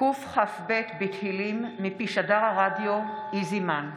קכ"ב בתהילים מפי שדר הרדיו איזי מן: